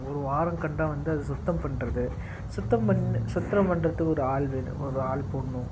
ஒரு வாரம் கண்டால் வந்து அது சுத்தம் பண்ணுறது சுத்தம் பண் சுத்தம் பண்ணுறதுக்கு ஒரு ஆள் வேணும் ஒரு ஆள் போடணும்